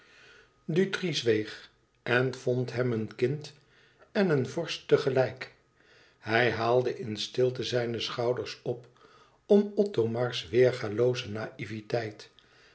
dutri zweeg en vond hem een kind en een vorst tegelijk hij haalde in stilte zijne schouders op om othomars weergâlooze naïveteit